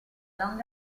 long